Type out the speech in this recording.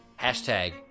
Hashtag